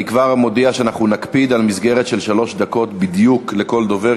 אני כבר מודיע שאנחנו נקפיד על מסגרת של שלוש דקות בדיוק לכל דובר,